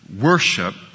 worship